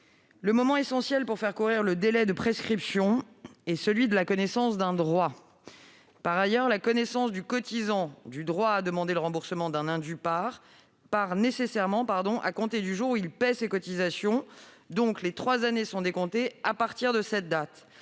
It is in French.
le moment essentiel pour faire courir le délai de prescription est celui de la connaissance d'un droit. Par ailleurs, la connaissance par le cotisant du droit à demander le remboursement d'un indu part nécessairement à compter du jour où il paie ses cotisations. Aussi, les trois années sont décomptées à partir de cette date.